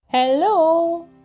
Hello